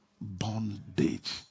Bondage